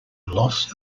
loss